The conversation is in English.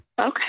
Okay